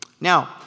Now